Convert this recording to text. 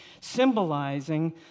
symbolizing